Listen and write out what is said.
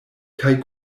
kaj